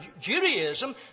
Judaism